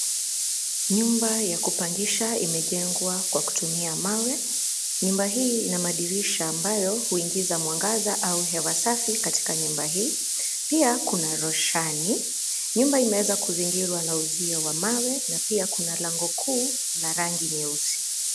Nyumba ya kupangisha imejengwa kwa kutumia mawe. Nyumba hii ina madirisha ambayo, huingiza mwangaza au hewa safi katika nyumba hii. Pia kuna roshani. Nyumba imeweza kuzingirwa na uzio wa mawe, na pia kuna lango kuu, la rangi nyeusi.